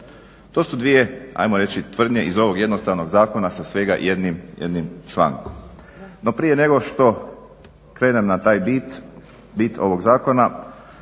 To su dvije ajmo reći tvrdnje iz ovog jednostavnog zakona sa svega jednim člankom. No prije nego što krenem na taj bit, bit ovog zakona.